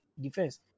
defense